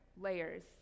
layers